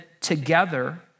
together